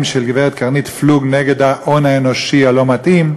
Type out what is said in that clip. של גברת קרנית פלוג נגד ההון האנושי הלא-מתאים,